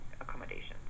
accommodations